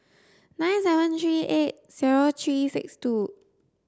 nine seven three eight zero three six two